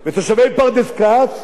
ותושבי פרדס-כץ,